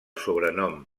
sobrenom